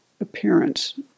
appearance